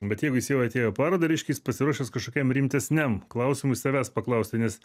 bet jeigu jis jau atėjo į parodą reiškia jis pasiruošęs kažkokiam rimtesniam klausimui savęs paklausti nes